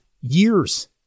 years